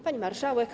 Pani Marszałek!